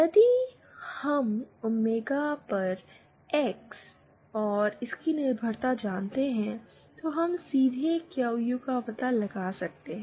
यदि हम ओमेगा पर एक्स और इसकी निर्भरता जानते हैं तो हम सीधे क्यू यू का पता लगा सकते हैं